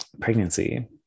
pregnancy